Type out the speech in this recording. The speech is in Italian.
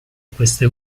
queste